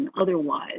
otherwise